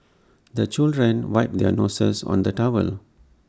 the children wipe their noses on the towel